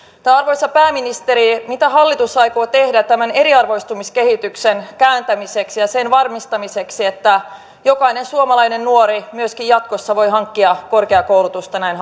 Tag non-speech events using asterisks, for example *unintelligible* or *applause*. arvoisa pääministeri mitä hallitus aikoo tehdä tämän eriarvoistumiskehityksen kääntämiseksi ja sen varmistamiseksi että jokainen suomalainen nuori myöskin jatkossa voi hankkia korkeakoulutusta näin *unintelligible*